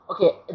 okay